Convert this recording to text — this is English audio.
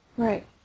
Right